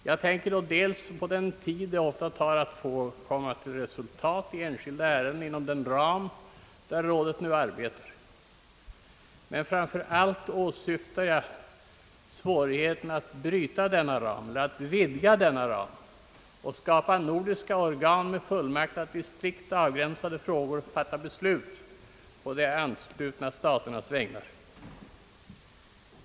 Jag tänker därvid dels på den tid det ofta tar för att komma till resultat i enskilda ärenden inom den ram rådet nu har för sitt arbete, dels och framför allt på svårigheten att bryta denna ram och skapa nordiska organ med fullmakt att i strikt avgränsade frågor fatta beslut på de anslutna staternas vägnar.